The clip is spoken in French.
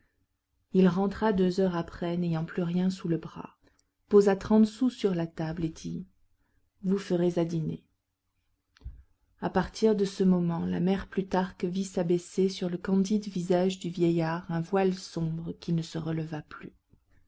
il rentra deux heures après n'ayant plus rien sous le bras posa trente sous sur la table et dit vous ferez à dîner à partir de ce moment la mère plutarque vit s'abaisser sur le candide visage du vieillard un voile sombre qui ne se releva plus